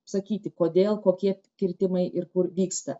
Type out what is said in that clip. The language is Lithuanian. sakyti kodėl kokie kirtimai ir kur vyksta